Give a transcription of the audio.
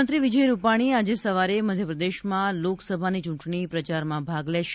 મુખ્યમંત્રી વિજય રૂપાણી આજે સવારે મધ્યપ્રદેશમાં લોકસભાની ચૂંટણી પ્રચારમાં ભાગ લેશે